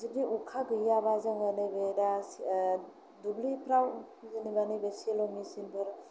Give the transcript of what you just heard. जुदि अखा गैयाब्ला जोङो नैबे दा दुब्लिफोराव नैबे जेनेबा नैबे सेल' मेचिनफोर